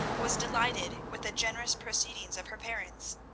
was delighted with the generous proceedings of her parents.